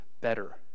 better